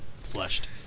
flushed